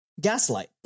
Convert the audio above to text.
Gaslight